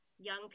young